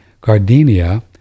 gardenia